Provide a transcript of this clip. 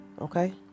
okay